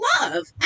love